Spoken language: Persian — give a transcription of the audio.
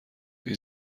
این